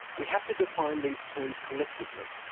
we have to define these terms collectively.